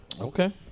Okay